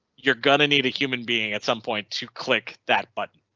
you're gonna need a human being at some point to click that button.